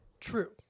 True